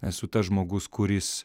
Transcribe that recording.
esu tas žmogus kuris